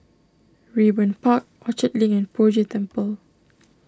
Raeburn Park Orchard Link and Poh Jay Temple